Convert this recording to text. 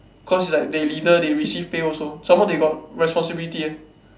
cause is like they leader they receive pay also some more they got responsibility eh